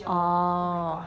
orh